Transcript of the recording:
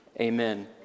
amen